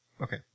okay